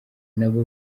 nabo